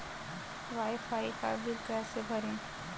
Wi fi का बिल कैसे भरें?